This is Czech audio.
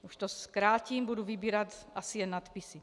Už to zkrátím, budu vybírat asi jen nadpisy.